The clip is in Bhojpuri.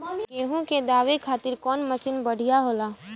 गेहूँ के दवावे खातिर कउन मशीन बढ़िया होला?